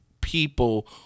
people